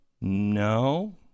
No